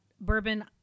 Bourbon